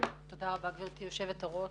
תודה רבה גברתי יושבת הראש.